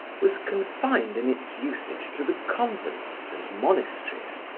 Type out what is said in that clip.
was confined in its usage to the convents and monasteries.